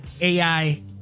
ai